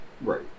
Right